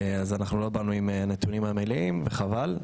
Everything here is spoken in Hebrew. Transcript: אז אנחנו לא באנו עם הנתונים המלאים וזה חבל,